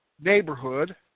neighborhood